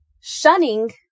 shunning